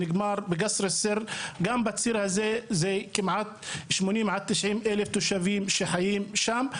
גם בציר הזה יש 90,000-80,000 תושבים שחיים שם.